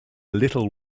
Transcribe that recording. little